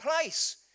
place